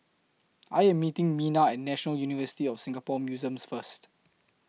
I Am meeting Mina At National University of Singapore Museums First